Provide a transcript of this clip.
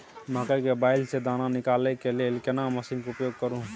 मकई के बाईल स दाना निकालय के लेल केना मसीन के उपयोग करू?